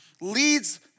leads